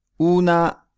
Una